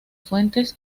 fuentes